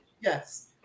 Yes